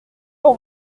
pour